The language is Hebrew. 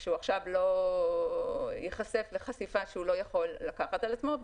שהוא ייחשף לחשיפה שהוא לא יכול לקחת על עצמו.